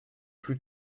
plus